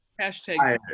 hashtag